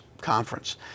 conference